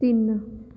ਤਿੰਨ